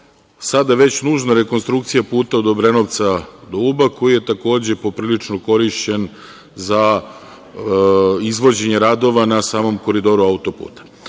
sada već nužna rekonstrukcija puta od Obrenovca do Uba, koji je, takođe poprilično korišćen za izvođenje radova na samom Koridoru auto-puta. Ono